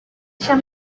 shall